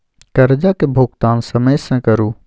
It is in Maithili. करजाक भूगतान समय सँ करु